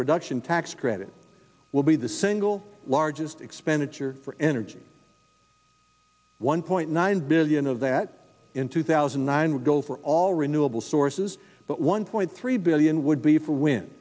production tax credit will be the single largest expenditure for energy one point nine billion of that in two thousand and nine would go for all renewable sources but one point three billion would be for when